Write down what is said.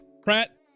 Pratt